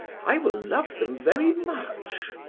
i will love them very much.